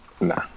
Nah